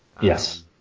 Yes